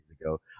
ago